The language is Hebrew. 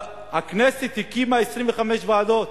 הכנסת הקימה 25 ועדות